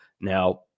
Now